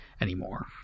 anymore